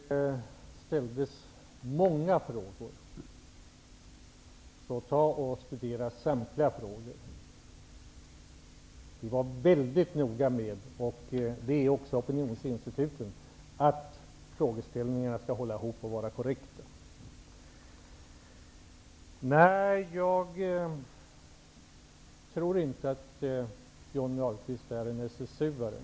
Herr talman! Det ställdes många frågor, och man skall därför studera samtliga frågor. Vi är mycket noga med att frågeställningarna skall hålla ihop och vara korrekta, och det är också opinionsinstituten. Jag tror inte att Johnny Ahlqvist är en SSU-are.